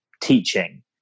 teaching